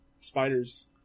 spiders